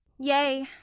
yea,